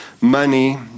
money